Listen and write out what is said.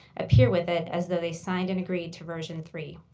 appear with it as though they signed and greed to version three.